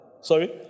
Sorry